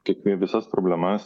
kitaip ir visas problemas